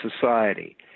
society